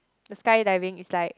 the skydiving is like